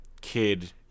kid